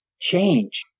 change